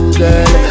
girl